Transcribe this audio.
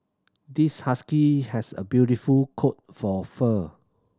this husky has a beautiful coat for fur